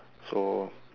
so